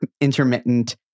intermittent